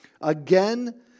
again